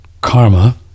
karma